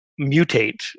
mutate